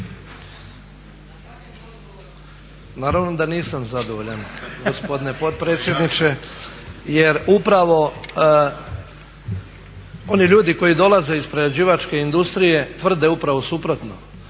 Naravno da nisam zadovoljan gospodine potpredsjedniče jer upravo oni ljudi koji dolaze iz prerađivačke industrije tvrde upravo suprotno,